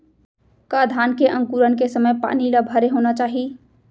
का धान के अंकुरण के समय पानी ल भरे होना चाही?